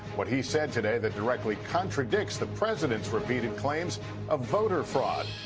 what he said today that directly contradicts the president's repeated claims of voter fraud.